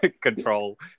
control